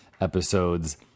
episodes